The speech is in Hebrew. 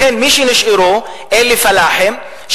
מי שנשארו אלה פלאחים,